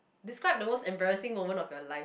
describe the most embarrassing moment of your life